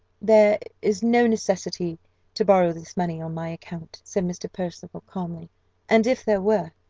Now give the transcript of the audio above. there is no necessity to borrow this money on my account, said mr. percival, calmly and if there were,